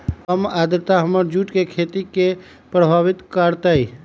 कम आद्रता हमर जुट के खेती के प्रभावित कारतै?